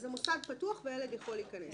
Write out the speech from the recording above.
אז המוסד פתוח והילד יכול להיכנס.